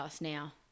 now